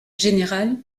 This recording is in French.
général